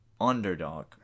underdog